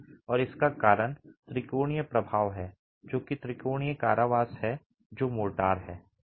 और इसका कारण त्रिकोणीय प्रभाव है जो कि त्रिकोणीय कारावास है जो मोर्टार है